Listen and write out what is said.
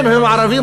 והערבים,